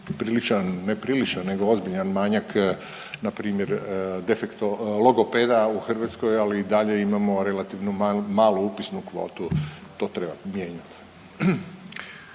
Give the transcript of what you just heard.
priličan, ne priličan nego ozbiljan manjak npr. defekto, logopeda u Hrvatskoj, ali i dalje imamo relativno malu upisnu kvotu, to treba promijeniti.